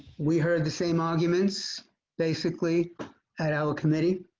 we heard the same arguments basically at our committee.